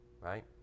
Right